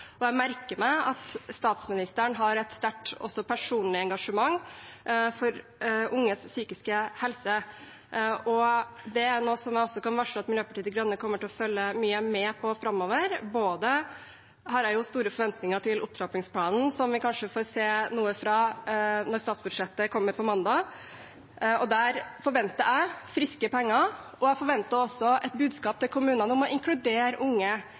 Jeg merker meg at statsministeren har et sterkt også personlig engasjement for unges psykiske helse. Det er noe jeg også kan varsle at Miljøpartiet De Grønne kommer til å følge mye med på framover. Jeg har store forventninger til opptrappingsplanen, som vi kanskje får se noe fra når statsbudsjettet kommer på mandag. Der forventer jeg friske penger, og jeg forventer også et budskap til kommunene om å inkludere unge